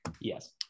Yes